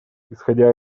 исходя